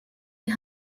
die